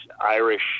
Irish